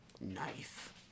Knife